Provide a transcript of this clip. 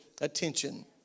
attention